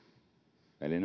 eli